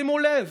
שימו לב,